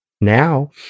Now